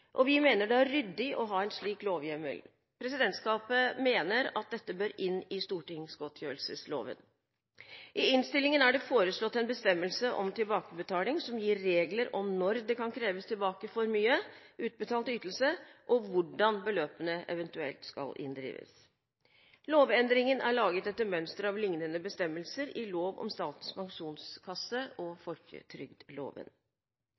Vi mener det er ryddig å ha en slik lovhjemmel. Presidentskapet mener at dette bør inn i stortingsgodtgjørelsesloven. I innstillingen er det foreslått en bestemmelse om tilbakebetaling som gir regler om når det kan kreves tilbake for mye utbetalt ytelse, og hvordan beløpene eventuelt skal inndrives. Lovendringen er laget etter mønster av lignende bestemmelser i lov om Statens pensjonskasse og